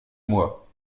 moi